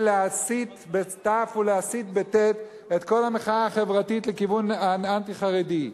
להסית ולהסיט את כל המחאה החברתית לכיוון אנטי-חרדי.